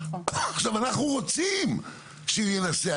עכשיו, אנחנו ורצים שהוא ינסה.